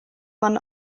mann